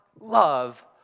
love